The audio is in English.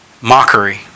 mockery